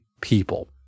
people